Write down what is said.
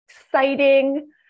exciting